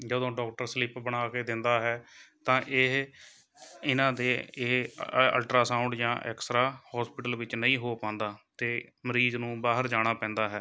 ਜਦੋਂ doctor slip ਬਣਾ ਕੇ ਦਿੰਦਾ ਹੈ ਤਾਂ ਇਹ ਇਹਨਾਂ ਦੇ ਇਹ ਅਲਟ੍ਰਾਸਾਊਂਡ ਜਾਂ ਐਕਸਰਾ ਹੋਸਪੀਟਲ ਵਿੱਚ ਨਹੀਂ ਹੋ ਪਾਉਂਦਾ ਅਤੇ ਮਰੀਜ਼ ਨੂੰ ਬਾਹਰ ਜਾਣਾ ਪੈਂਦਾ ਹੈ